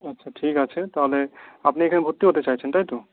আচ্ছা ঠিক আছে আপনি তাহলে এখানে ভর্তি হতে চাইছেন তাইতো